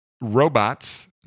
robots